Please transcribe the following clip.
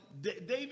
David